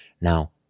Now